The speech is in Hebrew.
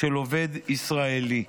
של עובד ישראלי.